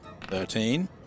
Thirteen